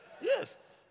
Yes